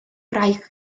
wraig